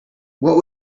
what